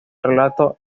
relato